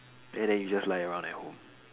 then then you just lie around like home